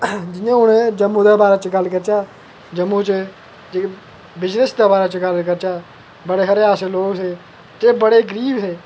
जि'यां हून जम्मू दै बारे च गल्ल करचै जम्मू च बिजनेस दे बारे च गल्ल करचै बड़े सारे ऐसे लोग हे कि बड़े गरीब हे